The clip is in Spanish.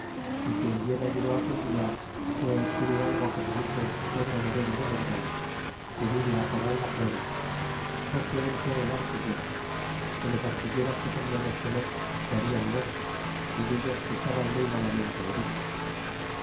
y quien bien ayudó aquel dia fué un hidalgo que se dice pedro moreno de medran que vive agora en la puebla porque él fué el artillero que los artilleros que solíamos tener se habían muerto y dellos estaban muy malamente heridos